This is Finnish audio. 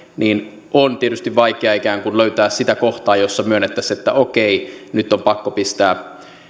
on tietysti vaikeaa ikään kuin löytää sitä kohtaa jossa myönnettäisiin että okei nyt on pakko pistää